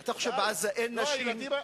אתה חושב שבעזה אין נשים?